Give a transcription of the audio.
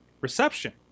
reception